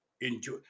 enjoy